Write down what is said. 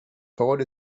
parole